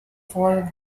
for